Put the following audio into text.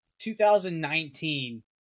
2019